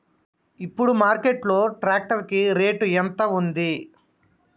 ఇప్పుడు మార్కెట్ లో ట్రాక్టర్ కి రేటు ఎంత ఉంది?